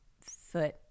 foot